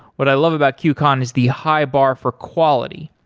what i love about qcon is the high bar for quality,